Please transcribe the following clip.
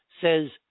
says